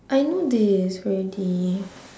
I know this already